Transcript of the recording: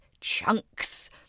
chunks